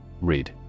Read